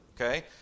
okay